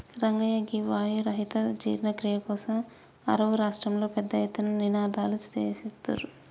రంగయ్య గీ వాయు రహిత జీర్ణ క్రియ కోసం అరువు రాష్ట్రంలో పెద్ద ఎత్తున నినాదలు సేత్తుర్రు